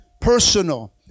personal